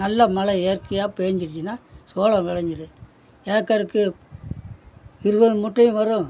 நல்ல மழை இயற்கையாக பேஞ்சிடுச்சின்னால் சோளம் விளஞ்சிரும் ஏக்கருக்கு இருபது மூட்டையும் வரும்